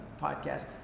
podcast